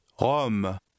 Rome